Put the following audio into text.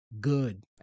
good